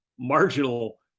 Marginal